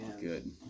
good